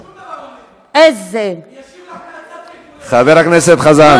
שום דבר לא נרגע, חבר הכנסת חזן.